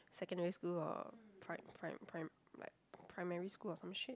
secondary school or prim~ prim~ prim~ like primary school or some shit